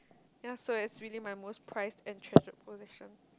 ya so it's really my most prized and treasured possession